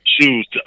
shoes